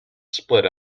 split